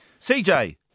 CJ